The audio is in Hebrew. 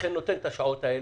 אכן נותן את השעות האלה,